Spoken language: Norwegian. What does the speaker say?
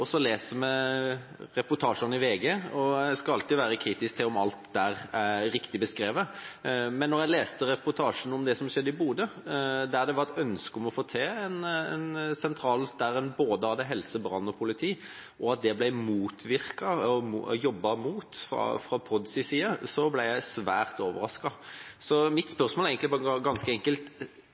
vellykket. Så leser vi reportasjene i VG. En skal alltid være kritisk til om alt der er riktig beskrevet, men da en leste reportasjen om det som skjedde i Bodø, der det var et ønske om å få til en sentral for både helse, brann og politi, og at det ble motarbeidet fra PODs side, ble jeg svært overrasket. Så mitt spørsmål er ganske enkelt: